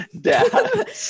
dad